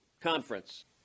conference